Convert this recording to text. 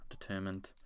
determined